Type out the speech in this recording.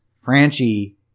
Franchi